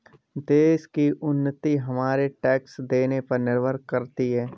देश की उन्नति हमारे टैक्स देने पर निर्भर करती है